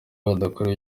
badakora